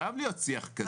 חייב להיות שיח כזה.